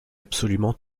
absolument